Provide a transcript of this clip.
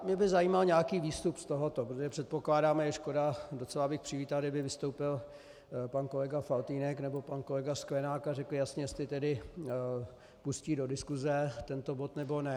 Mě by zajímal nějaký výstup z tohoto, protože předpokládáme, je škoda, docela bych přivítal, kdyby vystoupil pan kolega Faltýnek nebo pan kolega Sklenák a řekli jasně, jestli tedy pustí do diskuse tento bod, nebo ne.